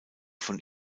von